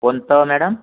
कोणतं मॅडम